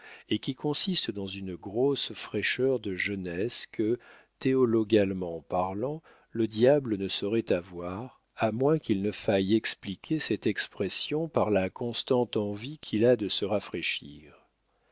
et qui consiste dans une grosse fraîcheur de jeunesse que théologalement parlant le diable ne saurait avoir à moins qu'il ne faille expliquer cette expression par la constante envie qu'il a de se rafraîchir